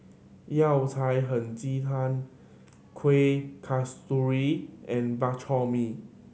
Yao Cai Hei Ji Tang Kuih Kasturi and Bak Chor Mee